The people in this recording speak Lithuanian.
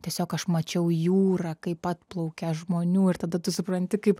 tiesiog aš mačiau jūra kaip atplaukia žmonių ir tada tu supranti kaip